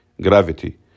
gravity